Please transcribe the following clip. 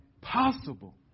possible